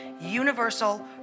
Universal